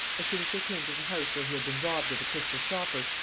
as soon as they came to the house where he had been robbed of the crystal stopper,